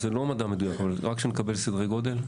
זה לא מדע מדויק אבל רק שנקבל סדרי גודל.